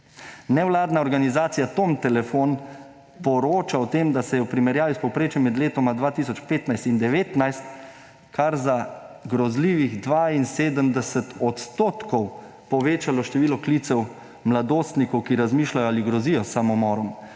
Nevladna organizacija TOM telefon poroča o tem, da se je v primerjavi s povprečjem med letoma 2015 in 2019 kar za grozljivih 72 % povečalo število klicev mladostnikov, ki razmišljajo ali grozijo s samomorom.